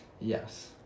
Yes